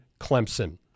Clemson